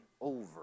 over